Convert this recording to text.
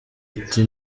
ati